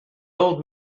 old